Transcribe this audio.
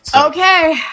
Okay